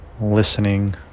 listening